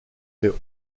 fait